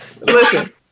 Listen